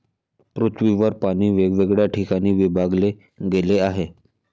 पृथ्वीवर पाणी वेगवेगळ्या ठिकाणी विभागले गेले आहे